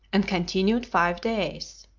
and continued five days.